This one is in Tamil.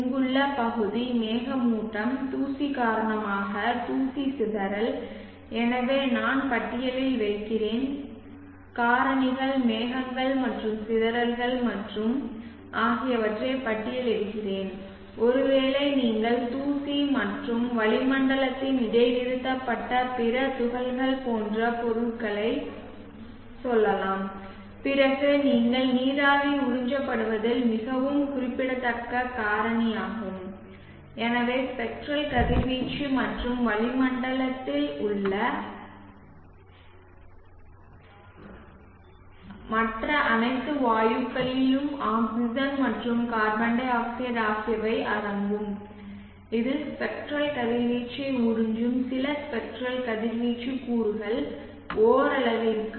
இங்குள்ள பகுதி மேகமூட்டம் தூசி காரணமாக தூசி சிதறல் எனவே நான் பட்டியலில் வைக்கிறேன் காரணிகள் மேகங்கள் மற்றும் சிதறல்கள் மற்றும் சிதறல்கள் ஆகியவற்றை பட்டியலிடுகிறேன் ஒருவேளை நீங்கள் தூசி மற்றும் வளிமண்டலத்தில் இடைநிறுத்தப்பட்ட பிற துகள்கள் போன்ற பொருட்களை செல்லலாம் பிறகு நீங்கள் நீராவி உறிஞ்சப்படுவதில் மிகவும் குறிப்பிடத்தக்க காரணியாகும் எனவே ஸ்பெக்ட்ரல் கதிர்வீச்சு மற்றும் வளிமண்டலத்தில் உள்ள மற்ற அனைத்து வாயுக்களிலும் ஆக்ஸிஜன் மற்றும் கார்பன் டை ஆக்சைடு ஆகியவை அடங்கும் இதில் ஸ்பெக்ட்ரல் கதிர்வீச்சை உறிஞ்சும் சில ஸ்பெக்ட்ரல் கதிர்வீச்சு கூறுகள் ஓரளவிற்கு